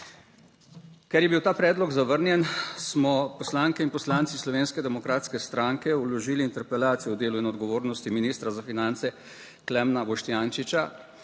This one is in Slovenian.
Ker je bil ta predlog zavrnjen smo poslanke in poslanci Slovenske demokratske stranke vložili interpelacijo o delu in odgovornosti ministra za finance Klemna Boštjančiča,